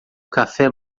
café